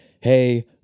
hey